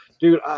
dude